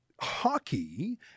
Hockey